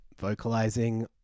vocalizing